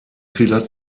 vieler